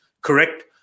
correct